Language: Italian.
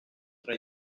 tra